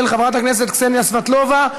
של חברת הכנסת קסניה סבטלובה.